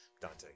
Dante